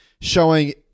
showing